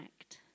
act